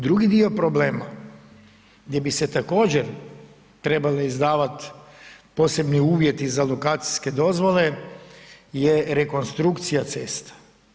Drugi dio problema gdje bi se također trebale izdavati posebni uvjeti za lokacijske dozvole je rekonstrukcija cesta.